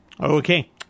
okay